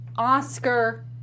Oscar